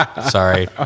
Sorry